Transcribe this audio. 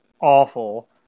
awful